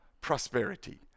prosperity